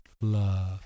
love